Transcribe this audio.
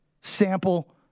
Sample